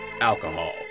alcohol